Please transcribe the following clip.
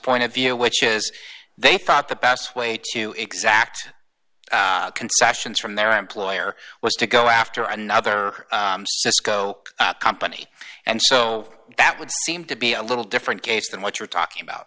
point of view which is they thought the best way to exact concessions from their employer was to go after another cisco company and so that would seem to be a little different case than what you're talking about